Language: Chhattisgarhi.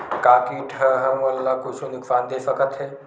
का कीट ह हमन ला कुछु नुकसान दे सकत हे?